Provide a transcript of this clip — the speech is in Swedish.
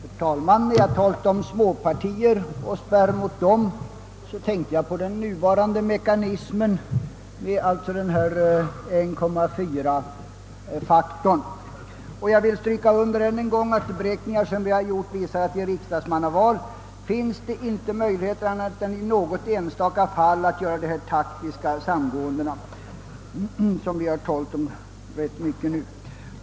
Herr talman! När jag talade om en spärr mot småpartier avsåg jag den nuvarande mekanismen med 1,4-faktorn. Jag vill än en gång understryka att de beräkningar vi gjort visar att det vid riksdagsmannaval inte finns möjlighet att annat än i enstaka fall göra sådana taktiska samgåenden som det här talats rätt mycket om.